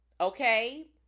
Okay